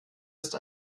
ist